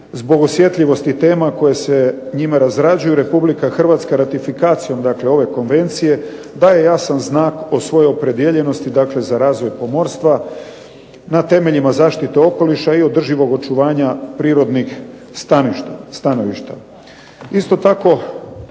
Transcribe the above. zbog osjetljivosti tema koje se njime razrađuju Republika Hrvatska ratifikacijom ove Konvencije daje jasan znak o svojoj opredijeljenosti za razvoj pomorstva, na temeljima zaštite okoliša i održivog očuvanja prirodnih stanovišta. Isto tako